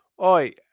Oi